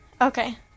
okay